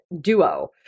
duo